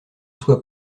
soit